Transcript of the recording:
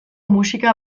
musika